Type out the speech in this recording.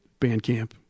Bandcamp